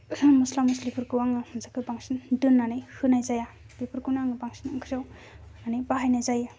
मसला मसलिफोरखौ आङो जायखौ बांसिन दोन्नानै होनाय जाया बेफोरखौनो आङो बांसिन ओंख्रियाव माने बाहायनाय जायो